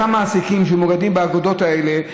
אותם מעסיקים שמאוגדים באגודות האלה,